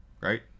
right